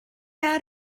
out